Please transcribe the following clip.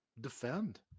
defend